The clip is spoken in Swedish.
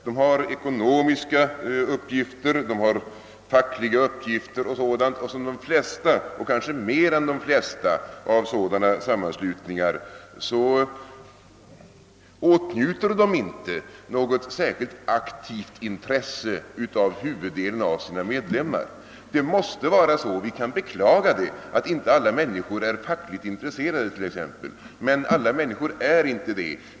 De har ekonomiska uppgifter, fackliga uppgifter m.m. Som de flesta — och kanske mer än de flesta — sådana sammanslutningar åtnjuter de inte något särskilt aktivt intresse från huvuddelen av sina medlemmar. Det måste vara så; vi kan beklaga att inte alla människor är fackligt intresserade men vi kommer inte ifrån faktum att det är de inte.